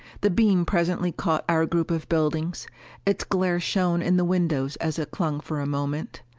the beam presently caught our group of buildings its glare shone in the windows as it clung for a moment.